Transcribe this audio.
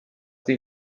die